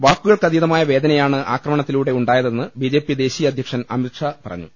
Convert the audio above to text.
വാക്കുകൾക്കതീതമായ വേദനയാണ് ആക്രമണത്തിലൂടെ ഉണ്ടായതെന്ന് B J P ദേശീയ അധ്യക്ഷൻ അമിത്ഷാ പറ ഞ്ഞു